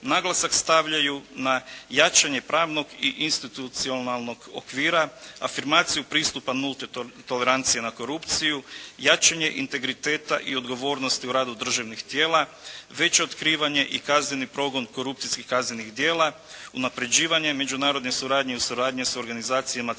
naglasak stavljaju na jačanje pravnog i institucionalnog okvira, afirmaciju pristupa multi tolerancije na korupciju, jačanje integriteta i odgovornosti u radu državnih tijela, veće otkrivanje i kazneni progon korupcijskih kaznenih djela, unapređivanje međunarodne suradnje i suradnje s organizacijama